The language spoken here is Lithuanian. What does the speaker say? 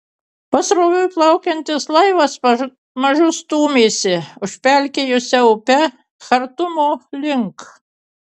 pasroviui plaukiantis laivas pamažu stūmėsi užpelkėjusia upe chartumo link